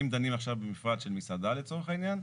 אם דנים עכשיו במפרט של מסעדה, לצורך העניין,